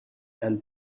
and